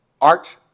art